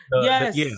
Yes